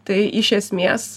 tai iš esmės